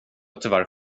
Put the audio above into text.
tyvärr